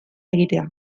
egitea